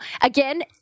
again